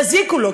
יזיקו לו,